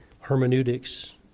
hermeneutics